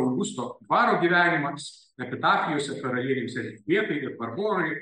augusto dvaro gyvenimas epitafijose karalienėms elžbietai ir barborai